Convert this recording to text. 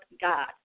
God